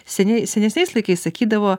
seniai senesniais laikais sakydavo